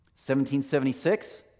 1776